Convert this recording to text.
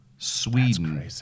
Sweden